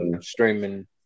Streaming